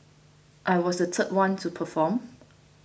I was the third one to perform